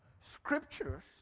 scriptures